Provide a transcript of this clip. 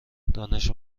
دانش